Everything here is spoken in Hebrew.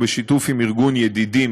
ובשיתוף ארגון "ידידים",